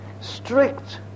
strict